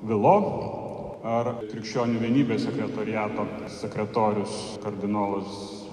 vilo ar krikščionių vienybės sekretoriato sekretorius kardinolas